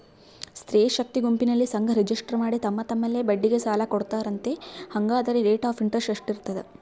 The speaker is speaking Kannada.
ಸ್ತ್ರೇ ಶಕ್ತಿ ಗುಂಪಿನಲ್ಲಿ ಸಂಘ ರಿಜಿಸ್ಟರ್ ಮಾಡಿ ತಮ್ಮ ತಮ್ಮಲ್ಲೇ ಬಡ್ಡಿಗೆ ಸಾಲ ಕೊಡ್ತಾರಂತೆ, ಹಂಗಾದರೆ ರೇಟ್ ಆಫ್ ಇಂಟರೆಸ್ಟ್ ಎಷ್ಟಿರ್ತದ?